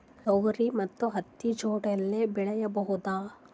ತೊಗರಿ ಮತ್ತು ಹತ್ತಿ ಜೋಡಿಲೇ ಬೆಳೆಯಬಹುದಾ?